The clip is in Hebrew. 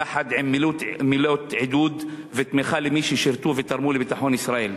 יחד עם מילות עידוד ותמיכה למי ששירתו ותרמו לביטחון ישראל.